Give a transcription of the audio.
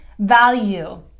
value